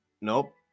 Nope